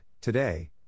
today